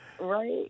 Right